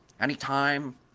anytime